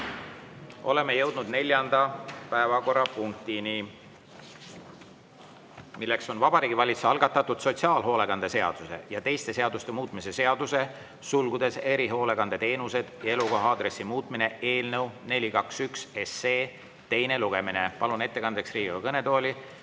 Oleme jõudnud neljanda päevakorrapunktini, milleks on Vabariigi Valitsuse algatatud sotsiaalhoolekande seaduse ja teiste seaduste muutmise seaduse (erihoolekandeteenused ja elukoha aadressi muutmine) eelnõu 421 teine lugemine. Palun ettekandeks Riigikogu kõnetooli